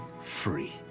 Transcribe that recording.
free